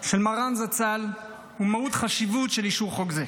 של מרן זצ"ל ומהות חשיבות של אישור חוק זה.